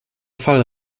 fall